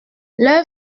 leur